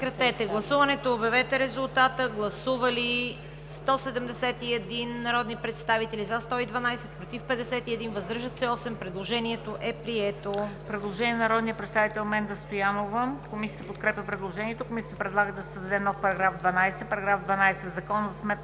Предложението е прието.